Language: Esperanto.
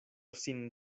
sin